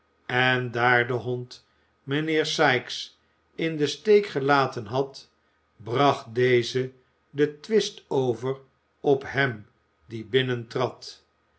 en daar de hond mijnheer sikes in den steek gelaten had bracht deze den twist over op hem die